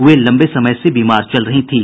वे लम्बे समय से बीमार चल रही थीं